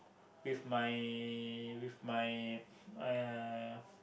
with my with my uh